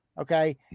Okay